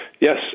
Yes